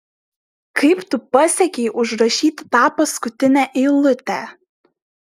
kaip tu pasiekei užrašyti tą paskutinę eilutę